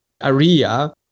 area